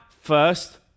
first